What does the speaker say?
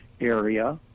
area